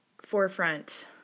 forefront